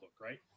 right